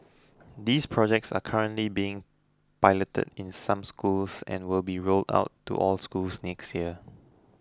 these projects are currently being piloted in some schools and will be rolled out to all schools next year